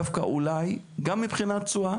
דווקא אולי גם מבחינת תשואה